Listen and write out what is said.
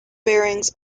bearings